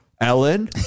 Ellen